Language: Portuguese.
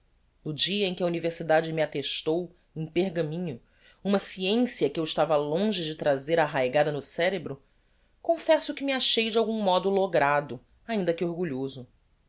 no dia em que a universidade me attestou em pergaminho uma sciencia que eu estava longe de trazer arraigada no cerebro confesso que me achei de de algum modo logrado ainda que orgulhoso